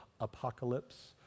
apocalypse